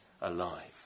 alive